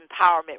empowerment